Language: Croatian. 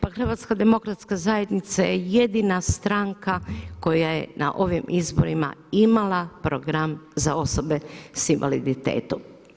Pa HDZ je jedina stranka koja je na ovim izborima imala program za osobe s invaliditetom.